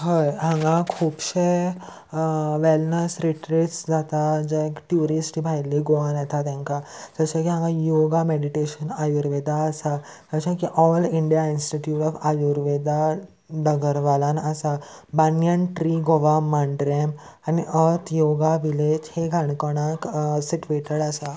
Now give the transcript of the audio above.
हय हांगा खुबशे वेलनस रिट्रस जाता जे ट्युरिस्ट भायल्ली गोवान येता तेंकां जशें की हांगा योगा मॅडिटेशन आयुर्वेदा आसा जशें की all India institute of Ayurveda डगरवालान आसा बान्यन ट्री गोवा मांड्रेम आनी अर्थ योगा विलेज हे काणकोणाक सिटुएटेड आसा